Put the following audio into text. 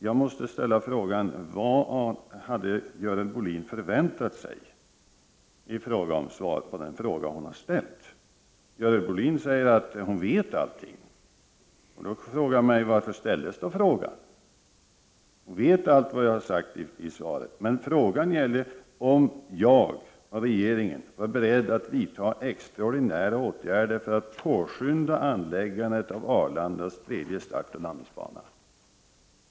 Jag måste fråga: Vad hade Görel Bohlin väntat sig för svar på den interpellation hon framställt? Görel Bohlin säger att hon vet allting. Då frågar jag mig varför hon framställt interpellationen. Hennes fråga var om jag och regeringen var beredda att vidta extraordinära åtgärder för att påskynda anläggandet av Arlandas tredje startoch landningsbana.